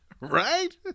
Right